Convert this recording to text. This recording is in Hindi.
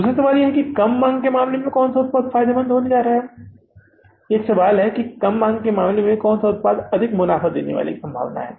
दूसरा सवाल यह है कि कम मांग के मामले में कौन सा उत्पाद हमारे लिए फ़ायदेमंद होने जा रहा है यह एक सवाल है कि कम मांग के मामले में कौन सा उत्पाद अधिक मुनाफ़ा कमाने की संभावना है